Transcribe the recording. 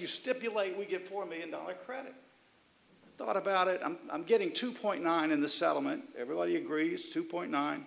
you stipulate we get four million dollars credit thought about it and i'm getting two point nine in the settlement everybody agrees two point nine